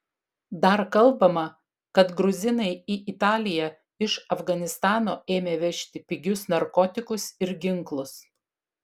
dar kalbama kad gruzinai į italiją iš afganistano ėmė vežti pigius narkotikus ir ginklus